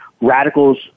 Radicals